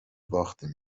باختیم